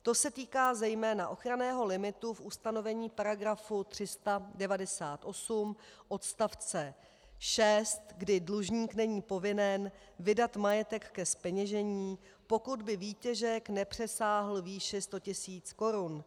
To se týká zejména ochranného limitu v ustanovení § 398 odst. 6, kdy dlužník není povinen vydat majetek ke zpeněžení, pokud by výtěžek nepřesáhl výši 100 tisíc korun.